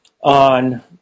on